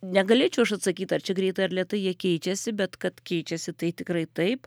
negalėčiau aš atsakyt ar čia greitai ar lėtai jie keičiasi bet kad keičiasi tai tikrai taip